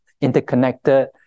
interconnected